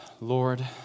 Lord